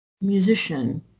musician